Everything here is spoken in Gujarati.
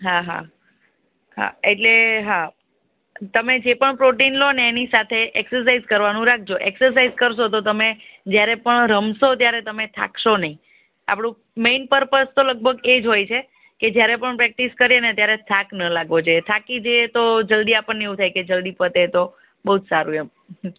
હાં હાં હાં એટલે હાં તમે જે પણ પ્રોટીન લો ને એની સાથે એક્સરસાઈઝ કરવાનું રાખજો એક્સરસાઈઝ કરશો તો તમે જ્યારે પણ રમશો ત્યારે તમે થાકશો નહીં આપણું મેઈન પર્પસ લગભગ એ જ હોય છે કે જ્યારે પણ પ્રેક્ટિસ કરીએ ને ત્યારે થાક ન લાગવો જોઈએ થાકી જઈએ તો જલ્દી આપણને એવું થાય કે જલ્દી પતે તો બહુ જ સારું એમ